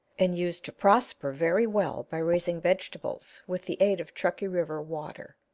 and used to prosper very well by raising vegetables, with the aid of truckee-river water,